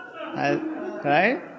Right